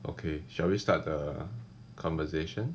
okay shall we start the conversation